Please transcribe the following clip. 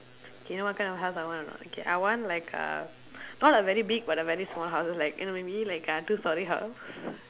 K you know what kind of house I want or not okay I want like uh not a very big but a very small house like you know maybe like a two storey house